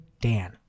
Dan